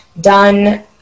done